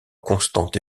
constante